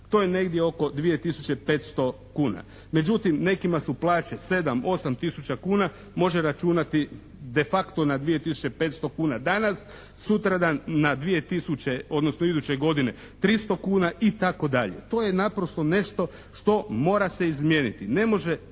To je negdje oko 2 tisuće 500 kuna. Međutim, nekima su plaće 7, 8 tisuća kuna, može računati de facto na 2 tisuće 500 kuna danas, sutradan na 2 tisuće, odnosno iduće godine 300 kuna itd. To je naprosto nešto što mora se izmijeniti.